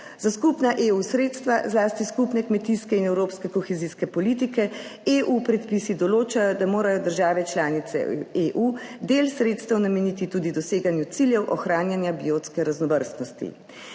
Za skupna EU sredstva, zlasti skupne kmetijske in evropske kohezijske politike EU predpisi določajo, da morajo države članice EU del sredstev nameniti tudi doseganju ciljev ohranjanja biotske raznovrstnosti.